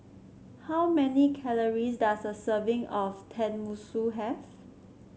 how many calories does a serving of Tenmusu have